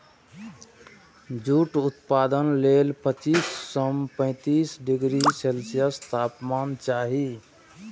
jute उत्पादन लेल पच्चीस सं पैंतीस डिग्री सेल्सियस तापमान चाही